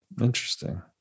Interesting